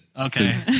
Okay